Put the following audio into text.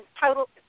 total